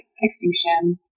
extinction